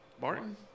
Martin